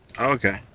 okay